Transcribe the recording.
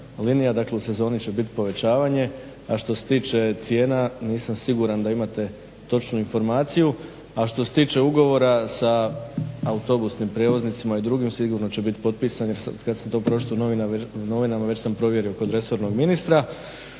dakle u sezoni će biti povećavanje. A što se tiče cijena nisam siguran da imate točnu informaciju. A što se tiče ugovora sa autobusnim prijevoznicima i drugim sigurno će biti potpisan jer od kada sam to pročitao u novinama već sam provjerio kod resornog ministra,